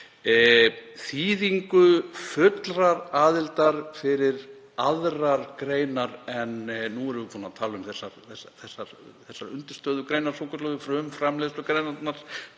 þýðingu fullrar aðildar fyrir aðrar greinar — nú erum við búin að tala um þessar undirstöðugreinar svokölluðu, frumframleiðslugreinar,